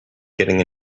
getting